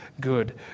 good